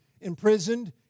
imprisoned